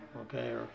okay